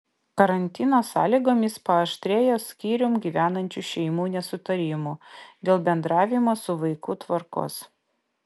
karantino sąlygomis paaštrėjo skyrium gyvenančių šeimų nesutarimų dėl bendravimo su vaiku tvarkos